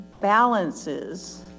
balances